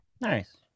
Nice